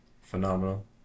phenomenal